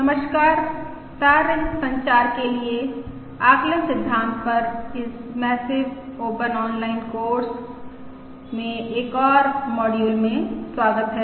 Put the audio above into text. नमस्कार तार रहित संचार के लिए आकलन सिद्धांत पर इस मैसिव ओपन ऑनलाइन कोर्स में एक और मॉड्यूल में स्वागत है